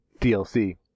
DLC